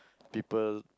people